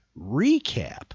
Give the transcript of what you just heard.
recap